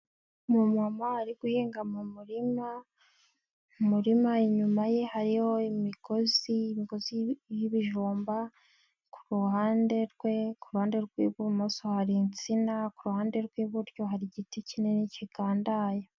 Umumama ari guhinga mu murima, mu murima inyuma ye hariho imigozi, imigozi y'ibijumba, ku ruhande rwe ku ruhande rw'ibumoso hari insina ku ruhande rw'iburyo hari igiti kinini kigandaye.